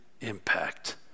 impact